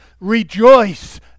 Rejoice